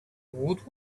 woot